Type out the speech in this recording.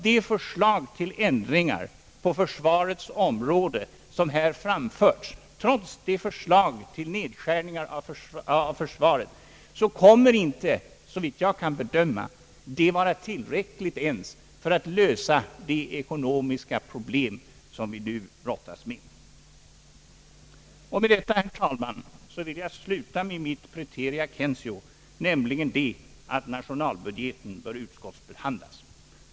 De förslag till nedskärningar av försvarskostnaderna som vi nu har fått kommer inte, såvitt jag kan bedöma, att bidra till lösning av de ekonomiska problem som vi brottas med. Med detta, herr talman, vill jag sluta med mitt preterea censeo, nämligen att nationalbudgeten bör utskottsbehandlas!